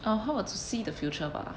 uh how about to see the future bah